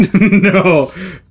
no